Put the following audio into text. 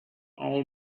all